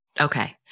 Okay